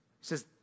says